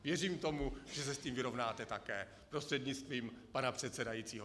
Věřím tomu, že se s tím vyrovnáte také, prostřednictvím pana předsedajícího.